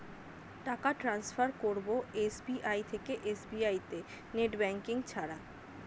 টাকা টান্সফার করব এস.বি.আই থেকে এস.বি.আই তে নেট ব্যাঙ্কিং ছাড়া?